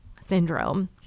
syndrome